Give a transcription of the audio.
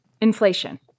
Inflation